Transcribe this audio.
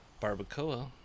Barbacoa